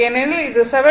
ஏனெனில் இது 7